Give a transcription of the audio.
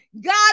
God